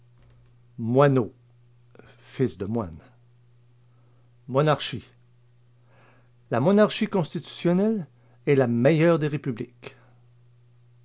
moineau fils de moine monarchie la monarchie constitutionnelle est la meilleures des républiques